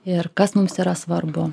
ir kas mums yra svarbu